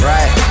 Right